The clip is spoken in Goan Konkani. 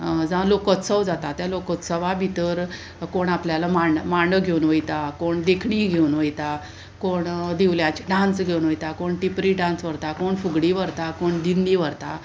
जावं लोकोत्सव जाता त्या लोकोत्सवा भितर कोण आपल्यालो मांड मांडो घेवन वयता कोण देखणी घेवन वयता कोण दिवल्याची डांस घेवन वयता कोण टिपरी डांस व्हरता कोण फुगडी व्हरता कोण दिंडी व्हरता